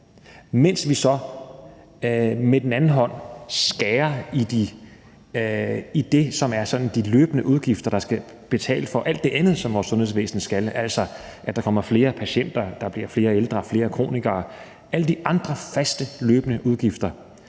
mens vi så med den anden hånd skærer i det, som er sådan de løbende udgifter, der skal betale for alt det andet, som vores sundhedsvæsen skal, altså det, der handler om, at der kommer flere patienter, og at der bliver flere ældre og flere kronikere; alle de andre faste, løbende udgifter.